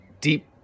deep